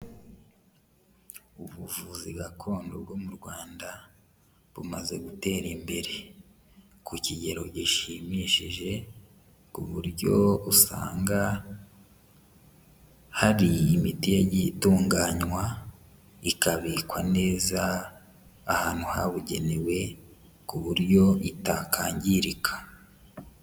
Ubuvuzi gakondo bwo mu Rwanda bumaze gutera imbere ku kigero gishimishije, ku buryo usanga hari imiti yagiye itunganywa ikabikwa neza ahantu habugenewe ku buryo itakangirika.